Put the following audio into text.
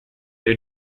they